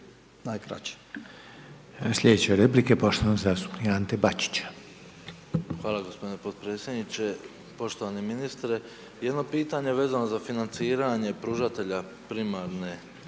Slijedeća replika poštovanog zastupnika Ante Bačića. **Bačić, Ante (HDZ)** Hvala gospodine podpredsjedniče, poštovani ministre, jedno pitanje vezano za financiranje pružatelja primarne